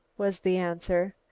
was the answer.